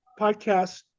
podcast